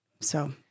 So-